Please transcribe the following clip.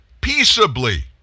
peaceably